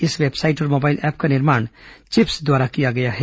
इस वेबसाइट और mobile app का निर्माण चिप्स द्वारा किया गया है